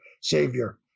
Savior